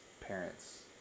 parents